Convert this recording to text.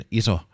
iso